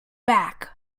back